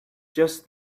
just